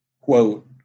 quote